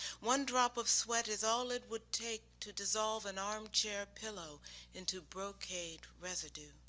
one drop of sweat is all it would take to dissolve an armchair pillow into brocade residue.